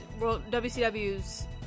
WCW's